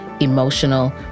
emotional